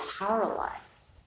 paralyzed